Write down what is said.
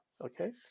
okay